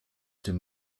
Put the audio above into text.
dem